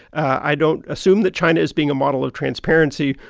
i don't assume that china is being a model of transparency,